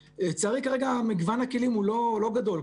לצערי, כרגע מגוון הכלים הוא לא גדול.